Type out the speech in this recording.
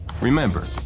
Remember